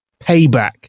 payback